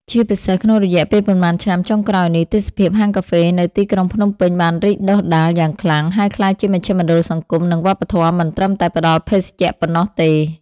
ជាពិសេសក្នុងរយៈប៉ុន្មានឆ្នាំចុងក្រោយនេះ ទេសភាពហាងកាហ្វេនៅទីក្រុងភ្នំពេញបានរីកដុះដាលយ៉ាងខ្លាំង ហើយក្លាយជាមជ្ឈមណ្ឌលសង្គម និងវប្បធម៌មិនត្រឹមតែផ្ដល់ភេសជ្ជៈប៉ុណ្ណោះទេ។